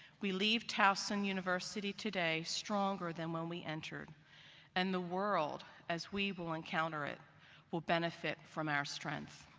we leave towson university today stronger than when we entered and the world as we will encounter it will benefit from our strength.